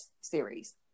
series